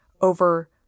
over